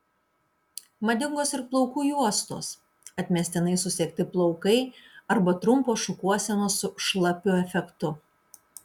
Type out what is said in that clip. madingos ir plaukų juostos atmestinai susegti plaukai arba trumpos šukuosenos su šlapiu efektu